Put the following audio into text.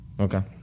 okay